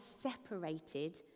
separated